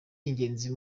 ingenzi